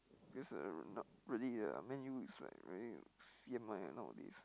guess I'm not really a Man-U is like really C_M_I nowadays